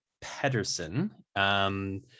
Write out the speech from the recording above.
Pedersen